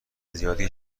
زیادی